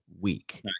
week